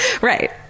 right